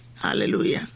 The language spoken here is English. Hallelujah